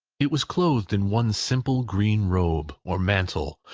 it was clothed in one simple green robe, or mantle,